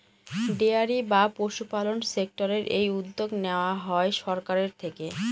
dairy বা পশুপালন সেক্টরের এই উদ্যোগ নেওয়া হয় সরকারের থেকে